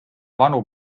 vanu